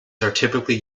typically